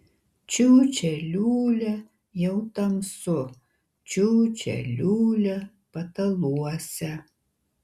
čiūčia liūlia jau tamsu čiūčia liūlia pataluose